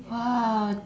!wow!